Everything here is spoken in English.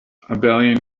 abelian